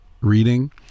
Reading